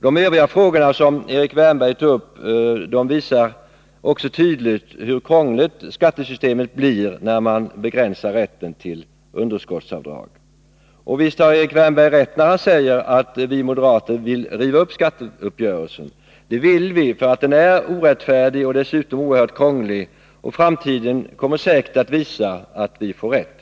De övriga frågor som Erik Wärnberg tog upp visar också tydligt hur krångligt skattesystemet blir när man begränsar rätten till underskottsavdrag. Erik Wärnberg säger att vi moderater vill riva upp skatteuppgörelsen. Visst, det är riktigt. Vi vill göra det därför att den är orättfärdig och dessutom oerhört krånglig. Framtiden kommer säkert att visa att vi får rätt.